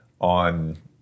on